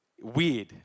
Weird